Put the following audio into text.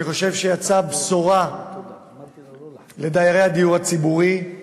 אני חושב שיצאה בשורה לדיירי הדיור הציבורי.